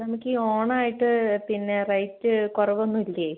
നമുക്ക് ഈ ഓണം ആയിട്ട് പിന്നെ റേറ്റ് കുറവൊന്നും ഇല്ലേ